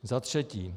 Za třetí.